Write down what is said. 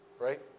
Right